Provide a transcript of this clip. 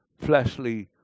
fleshly